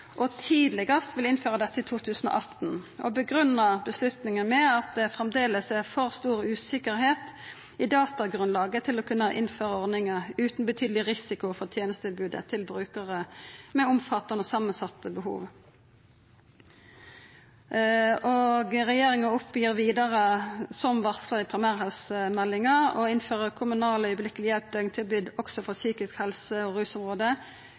og tidlegast vil innføra dette i 2018, og grunngir avgjerda med at det «fremdeles er for stor usikkerhet i datagrunnlaget til å kunne innføre ordningen uten betydelig risiko for tjenestetilbudet til brukere med omfattende og sammensatte behov.» Regjeringa oppgir vidare, som varsla i primærhelsemeldinga, å innføra kommunalt augeblikkeleg hjelp døgntilbod også for psykisk helse- og